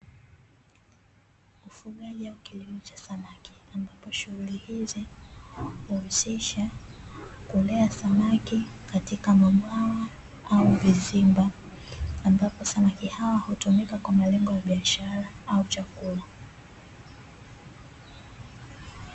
Ufugaji wa kilimo cha samaki ambapo shughuli hizi uhusisha kulea samaki katika mabwawa au vizimba, ambapo samaki hawa hutumika kwa malengo ya biashara au chakula.